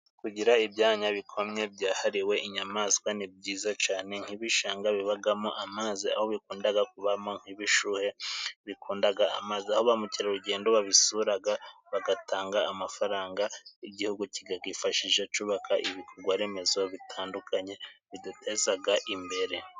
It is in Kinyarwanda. Kugira ibyanya bikomye byahariwe inyamaswa ni byiza cyane, nk'ibishanga bibamo amazi, aho bikunda kubamo nk'ibishuhe bikunda amazi, aho ba mukerarugendo babisura bagatanga amafaranga, igihugu kikayifashija cyubaka ibikorwaremezo bitandukanye biduteza imbere.